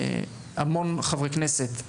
יש נוכחות גדולה של חברי כנסת,